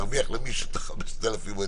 להרוויח למישהו את ה-5,000?